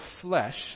flesh